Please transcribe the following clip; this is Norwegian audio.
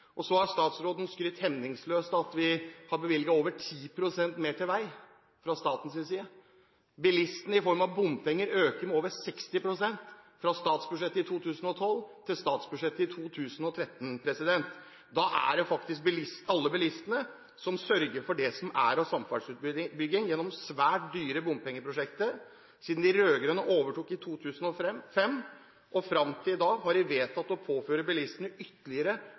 Så har statsråden skrytt hemningsløst av at vi har bevilget over 10 pst. mer til vei fra statens side. Bilistenes andel, i form av bompenger, øker med over 60 pst. fra statsbudsjettet i 2012 til statsbudsjettet i 2013. Da er det faktisk alle bilistene som sørger for det som er av samferdselsutbygging gjennom svært dyre bompengeprosjekter. Siden de rød-grønne overtok i 2005 og fram til i dag, har de vedtatt å påføre bilistene ytterligere